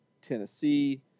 Tennessee